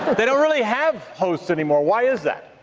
they don't really have hosted the more why is that.